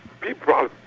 people